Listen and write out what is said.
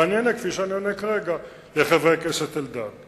ואני אענה כפי שאני עונה כרגע לחבר הכנסת אלדד.